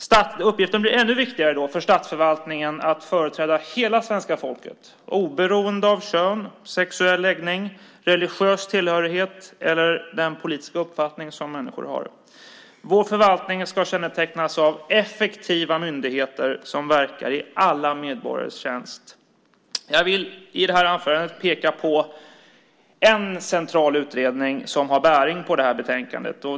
Statsförvaltningens uppgift att företräda hela svenska folket oberoende av kön, sexuell läggning, religiös tillhörighet eller den politiska uppfattning som människor har blir då ännu viktigare. Vår förvaltning ska kännetecknas av effektiva myndigheter som verkar i alla medborgares tjänst. Jag vill i detta anförande peka på en central utredning som har bäring på betänkandet.